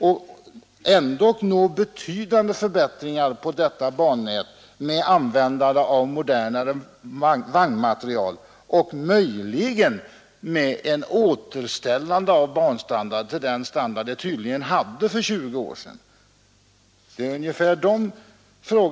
och ändå nå betydande förbättringar på detta bannät genom att använda en moderna vagnmateriel och möjligen genom återställande av banstandarden till den standard som tydligen förelåg för 20 år sedan.